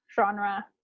genre